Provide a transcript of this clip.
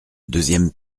deuxième